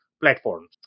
platforms